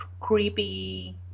creepy